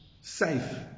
safe